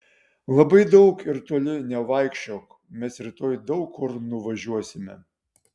labai daug ir toli nevaikščiok mes rytoj daug kur nuvažiuosime